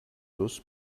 plus